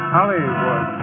Hollywood